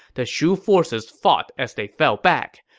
the shu forces fought as they fell back.